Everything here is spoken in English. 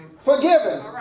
Forgiven